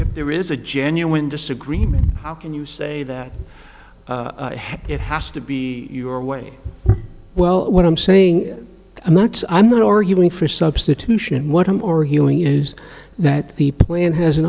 that there is a genuine disagreement how can you say that it has to be your way well what i'm saying i'm not i'm not arguing for substitution what i'm arguing is that the plan has an